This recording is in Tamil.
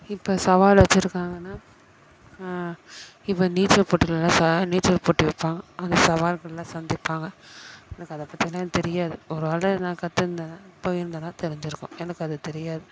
இப்போ சவால் வைச்சிருக்காங்கனா இப்போ நீச்சல் போட்டியிலலாம் நீச்சல் போட்டி வைப்பாங்க அந்த சவால்களை சந்திப்பாங்க எனக்கு அதை பற்றிலாம் தெரியாது ஒருவேளை நான் கற்றுருந்தனா போய்ருந்தனா தெரிஞ்சுருக்கும் எனக்கு அது தெரியாது